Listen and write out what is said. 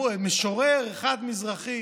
משורר אחד מזרחי.